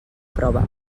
prova